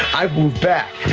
i move back.